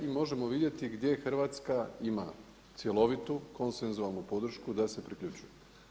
I možemo vidjeti gdje Hrvatska ima cjelovitu konsenzualnu podršku da se priključuje.